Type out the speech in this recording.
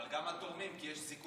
אבל גם לתורמים, כי יש זיכוי ממס.